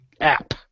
app